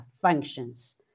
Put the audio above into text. functions